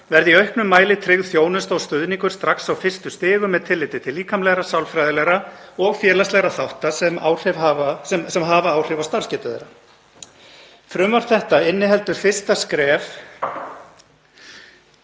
verði í auknum mæli tryggð þjónusta og stuðningur strax á fyrstu stigum með tilliti til líkamlegra, sálfræðilegra og félagslegra þátta sem hafa áhrif á starfsgetu þeirra. Frumvarp þetta inniheldur fyrsta skref